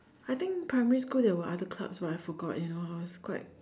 I think primary school there were other clubs but I forgot you know I was quite